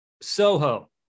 Soho